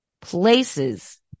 places